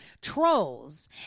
trolls